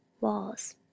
walls